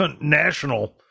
national